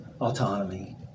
autonomy